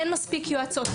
אין מספיק יועצות,